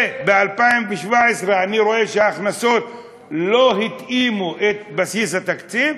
וב-2017 אני רואה שההכנסות לא תאמו את בסיס התקציב,